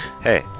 Hey